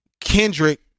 Kendrick